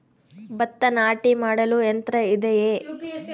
ಭತ್ತ ನಾಟಿ ಮಾಡಲು ಯಂತ್ರ ಇದೆಯೇ?